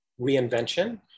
reinvention